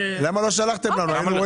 למה לא שלחתם לנו את זה?